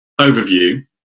overview